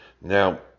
Now